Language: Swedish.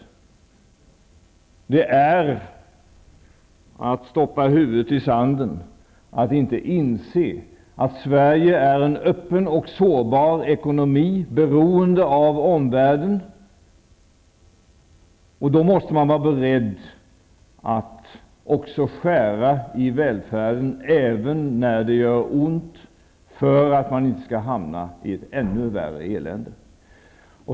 Det är att stoppa huvudet i sanden att inte inse att Sverige är en öppen och sårbar ekonomi beroende av omvärlden. Då måste man vara beredd att också skära i välfärden även när det gör ont för att inte hamna i ett ännu värre elände.